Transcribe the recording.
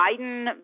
Biden